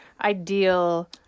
ideal